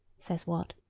says wat,